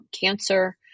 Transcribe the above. cancer